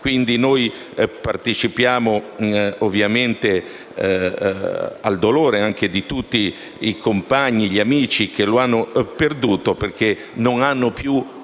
giorni nostri. Partecipiamo ovviamente al dolore di tutti i compagni e gli amici che lo hanno perduto e che non hanno più